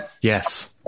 yes